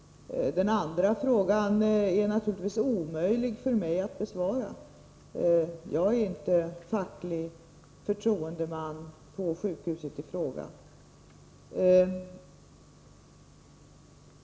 Den andra frågan är naturligtvis omöjlig för mig att besvara. Jag är inte facklig förtroendeman på sjukhuset i fråga.